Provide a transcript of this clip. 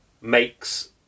makes